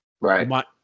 right